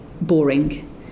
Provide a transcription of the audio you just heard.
boring